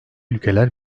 ülkeler